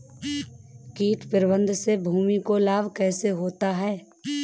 कीट प्रबंधन से भूमि को लाभ कैसे होता है?